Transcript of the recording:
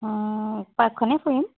পাৰ্কখনেই ফুৰিম